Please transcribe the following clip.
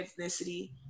ethnicity